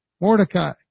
Mordecai